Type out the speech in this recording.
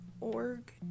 org